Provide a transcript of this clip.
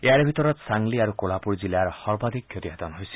ইয়াৰে ভিতৰত চাংলি আৰু কোলহাপুৰ জিলাৰ সৰ্বাধিক ক্ষতিসাধন হৈছিল